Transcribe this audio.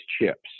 chips